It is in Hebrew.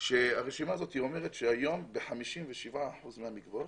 היום ב-57% מהמקוואות,